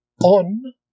on